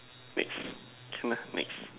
next can lah next